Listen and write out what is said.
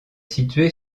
située